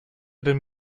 den